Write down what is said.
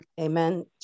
Amen